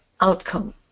outcome